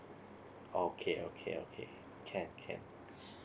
okay okay okay can can